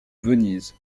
venise